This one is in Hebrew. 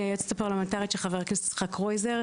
אני היועצת הפרלמנטרית של חבר הכנסת יצחק קרויזר.